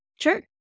Sure